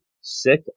sick